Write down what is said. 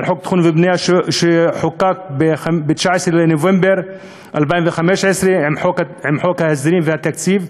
על חוק התכנון והבנייה שחוקק ב-19 בנובמבר 2015 עם חוק ההסדרים והתקציב.